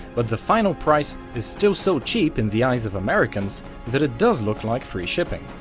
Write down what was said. but the final price is still so cheap in the eyes of americans that it does look like free shipping.